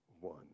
one